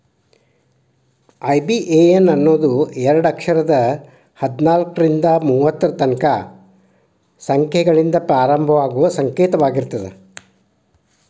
IBAN ಅನ್ನೋದು ಎರಡ ಅಕ್ಷರದ್ ಹದ್ನಾಲ್ಕ್ರಿಂದಾ ಮೂವತ್ತರ ತನಕಾ ಸಂಖ್ಯೆಗಳಿಂದ ಪ್ರಾರಂಭವಾಗುವ ಸಂಕೇತವಾಗಿರ್ತದ